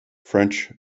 french